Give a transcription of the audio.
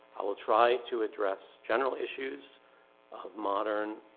i will try to address general issues of modern